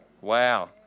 Wow